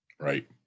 right